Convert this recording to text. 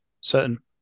certain